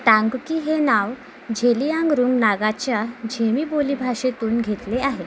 टांगकी हे नाव झेलियांगरोंग नागाच्या झेमी बोलीभाषेतून घेतले आहे